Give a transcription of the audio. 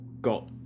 got